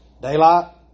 daylight